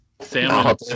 Sam